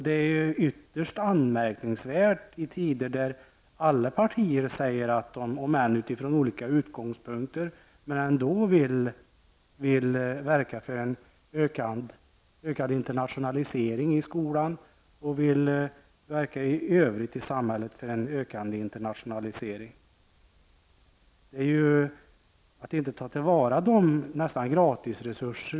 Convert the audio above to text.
Det är ytterst anmärkningsvärt i tider när alla partier säger, om än från olika utgångspunkter, att de vill verka för en ökad internationalisering i skolan och i övrigt i samhället, att inte ta till vara de resurser vi får nästan gratis!